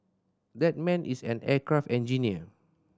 that man is an aircraft engineer